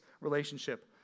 relationship